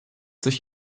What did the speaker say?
sich